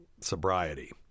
sobriety